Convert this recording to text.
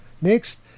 Next